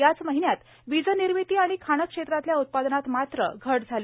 याच महिन्यात वीजनिर्मिती आणि खाणक्षेत्रातल्या उत्पादनात मात्र घट झाली